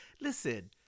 Listen